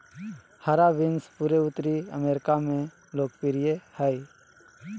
हरा बीन्स पूरे उत्तरी अमेरिका में लोकप्रिय हइ